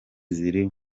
ziri